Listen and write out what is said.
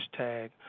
hashtag